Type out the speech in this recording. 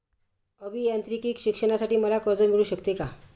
अभियांत्रिकी शिक्षणासाठी मला कर्ज मिळू शकते का?